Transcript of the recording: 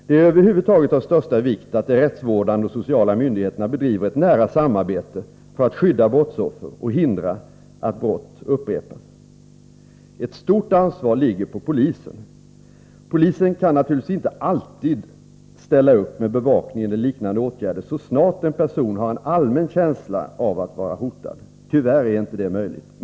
Det är över huvud taget av största vikt att de rättsvårdande och sociala myndigheterna bedriver ett nära samarbete för att skydda brottsoffer och hindra att brott upprepas. Ett stort ansvar ligger på polisen. Polisen kan naturligtvis inte alltid ställa upp med bevakning eller liknande åtgärder så snart en person har en allmän känsla av att vara hotad. Tyvärr är detta inte möjligt.